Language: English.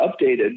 updated